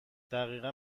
دقیقا